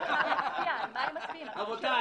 (הוראת שעה),